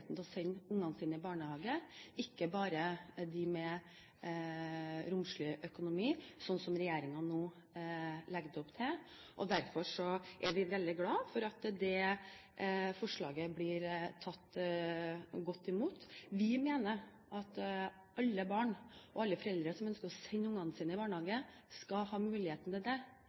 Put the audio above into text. muligheten til å sende barna sine i barnehage, ikke bare de med romslig økonomi, som regjeringen nå legger opp til. Derfor er vi veldig glad for at det forslaget blir tatt godt imot. Vi mener at alle foreldre som ønsker å sende barna sine i barnehage, skal ha muligheten til det,